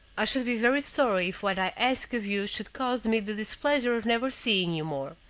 i should be very sorry if what i ask of you should cause me the displeasure of never seeing you more.